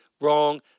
wrong